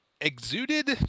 exuded